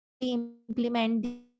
implement